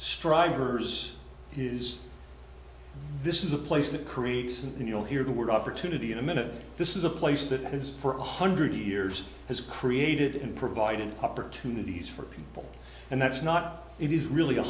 strivers is this is a place that creates and you'll hear the word opportunity in a minute this is a place that has for a hundred years has created in providing opportunities for people and that's not it is really